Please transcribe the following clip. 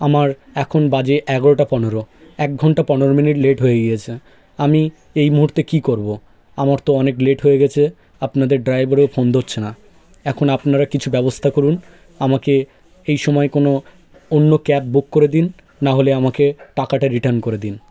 আমার এখন বাজে এগারোটা পনেরো এক ঘণ্টা পনেরো মিনিট লেট হয়ে গিয়েছে আমি এই মুহূর্তে কী করব আমার তো অনেক লেট হয়ে গেছে আপনাদের ড্রাইভারও ফোন ধরছে না এখন আপনারা কিছু ব্যবস্থা করুন আমাকে এই সময় কোনো অন্য ক্যাব বুক করে দিন না হলে আমাকে টাকাটা রিটার্ন করে দিন